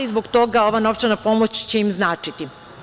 Zbog toga ova novčana pomoć će im značiti.